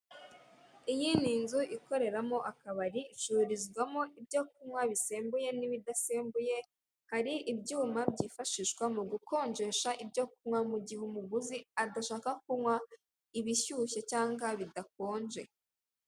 Iyi ni inzu ikoreramo akabari icururizwamo ibyo kunywa bisembuye n'ibidasembuye hari ibyuma byifashishwa mu gukonjesha ibyo kunywa mu gihe umuguzi adashaka kunywa ibishyushye cyangwa bidakonje.